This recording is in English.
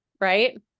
right